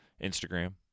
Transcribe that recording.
instagram